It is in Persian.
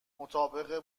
مطابق